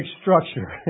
structure